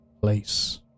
place